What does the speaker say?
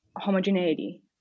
homogeneity